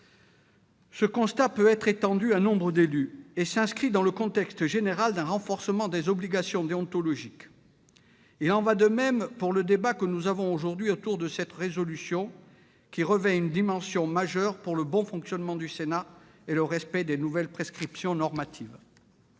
Ce constat peut être étendu à nombre d'élus et s'inscrit dans le contexte général d'un renforcement des obligations déontologiques. Il en va de même du débat que nous avons aujourd'hui sur cette proposition de résolution, qui revêt une importance majeure pour le bon fonctionnement du Sénat et le respect des nouvelles prescriptions normatives.